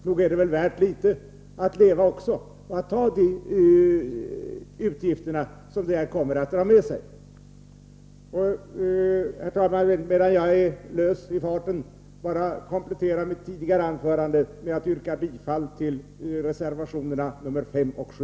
Nog är det väl värt litet att leva också, nog är det väl värt att ta de utgifter det här kommer att dra med sig? Herr talman! Låt mig, medan jag är i farten, komplettera mitt tidigare anförande med att yrka bifall till reservationerna nr 5 och 7.